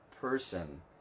person